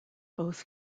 both